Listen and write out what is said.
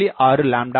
6 ஆகும்